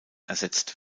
ersetzt